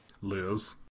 Liz